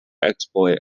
exploit